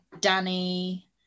Danny